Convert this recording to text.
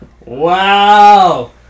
wow